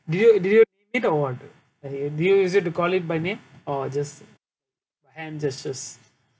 did you did you it or [what] did you used it to call it by name or just and just this